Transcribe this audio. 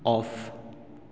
off